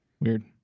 Weird